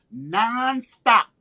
nonstop